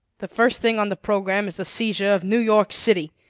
the first thing on the program is the seizure of new york city.